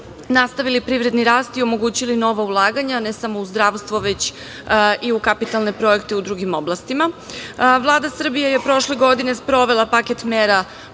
nastavili privredni rast i omogućili nova ulaganja ne samo u zdravstvo, već i u kapitalne projekte u drugim oblastima. Vlada Srbije je prošle godine sprovela paket mera